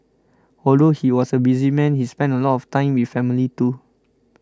although he was a busy man he spent a lot of time with family too